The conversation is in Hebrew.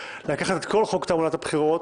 לקחת את כל חוק תעמולת הבחירות